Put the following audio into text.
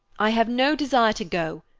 i have no desire to go.